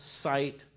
sight